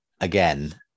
again